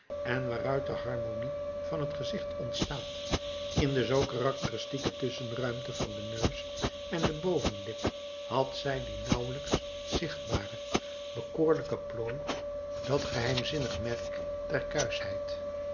en waaruit de harmonie van het gezicht ontstaat in de zoo karakteristieke tusschenruimte van den neus en de bovenlip had zij die nauwelijks zichtbare bekoorlijke plooi dat geheimzinnig merk der